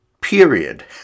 period